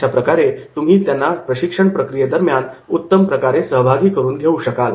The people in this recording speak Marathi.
अशाप्रकारे तुम्ही त्यांना प्रशिक्षण प्रक्रियेदरम्यान उत्तम प्रकारे सहभागी करून घेऊ शकाल